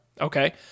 Okay